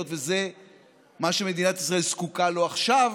היות שזה מה שמדינת ישראל זקוקה לו עכשיו,